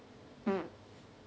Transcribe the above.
mm